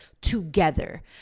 together